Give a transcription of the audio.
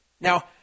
Now